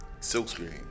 silkscreen